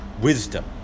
Wisdom